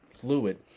fluid